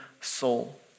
soul